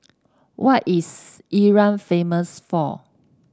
what is Iran famous for